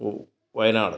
വോ വയനാട്